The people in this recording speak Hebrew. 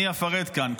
אני אפרט כאן.